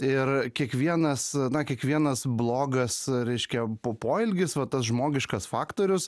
ir kiekvienas na kiekvienas blogas reiškia po poelgis va tas žmogiškas faktorius